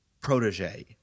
protege